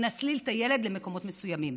נסליל את הילד למקומות מסוימים.